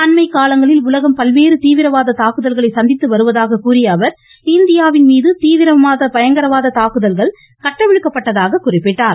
அண்மை காலங்களில் உலகம் பல்வேறு தீவிரவாத தாக்குதல்களை சந்தித்து வருவதாக கூறிய அவர் இந்தியாவின்மீது தீவிரமான பயங்கரவாத தாக்குதல் கட்டவிழ்க்கப்பட்டதாக குறிப்பிட்டார்